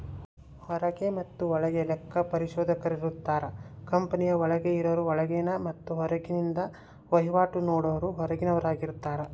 ಹೊರಗ ಮತೆ ಒಳಗ ಲೆಕ್ಕ ಪರಿಶೋಧಕರಿರುತ್ತಾರ, ಕಂಪನಿಯ ಒಳಗೆ ಇರರು ಒಳಗಿನ ಮತ್ತೆ ಹೊರಗಿಂದ ವಹಿವಾಟು ನೋಡರು ಹೊರಗಿನವರಾರ್ಗಿತಾರ